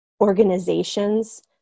organizations